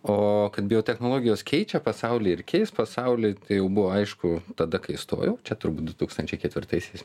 o kad biotechnologijos keičia pasaulį ir keis pasaulį tai jau buvo aišku tada kai stojau čia turbūt du tūkstančiai ketvirtaisiais